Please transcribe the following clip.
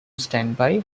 standby